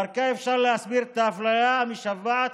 שדרכה אפשר להסביר את האפליה המשוועת